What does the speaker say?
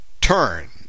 Turn